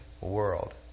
world